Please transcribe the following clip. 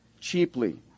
cheaply